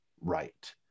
right